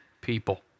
people